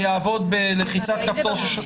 זה יעבוד בלחיצת כפתור ---?